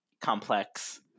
complex